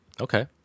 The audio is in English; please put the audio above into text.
Okay